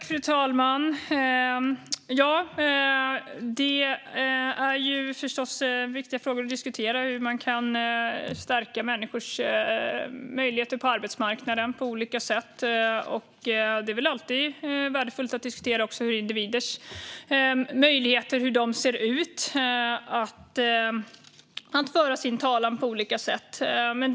Fru talman! Det är förstås viktiga frågor att diskutera. Hur kan man stärka människors möjligheter på arbetsmarknaden på olika sätt? Det är väl alltid värdefullt att diskutera också hur individers möjligheter att föra sin talan på olika sätt ser ut.